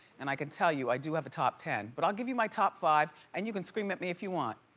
and i can tell you, i do have a top ten, but i'll give you my top five and you can scream at me if you want.